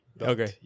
okay